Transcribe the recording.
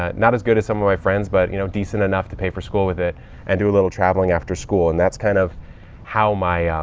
ah not as good as some of my friends but, you know, decent enough to pay for school with it and do a little traveling after school. and that's kind of how my, um,